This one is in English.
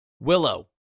Willow